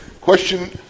Question